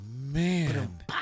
man